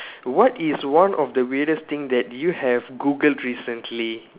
what is one of the weirdest thing that you have Googled recently